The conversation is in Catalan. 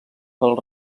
pel